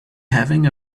having